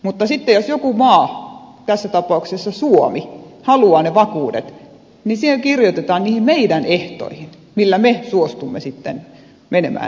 mutta sitten jos joku maa tässä tapauksessa suomi haluaa ne vakuudet niin se kirjoitetaan niihin meidän ehtoihin millä me suostumme sitten menemään eteenpäin